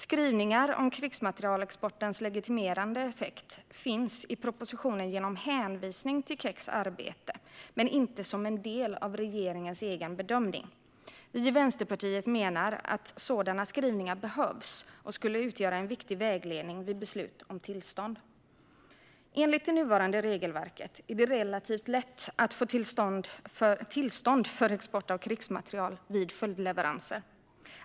Skrivningar om krigsmaterielexportens legitimerande effekt finns i propositionen genom hänvisning till KEX arbete men inte som en del av regeringens egen bedömning. Vi i Vänsterpartiet menar att sådana skrivningar behövs och skulle utgöra en viktig vägledning vid beslut om tillstånd. Enligt det nuvarande regelverket är det relativt lätt att få tillstånd för export av krigsmateriel vid följdleveranser.